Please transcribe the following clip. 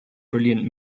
brilliant